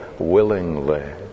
willingly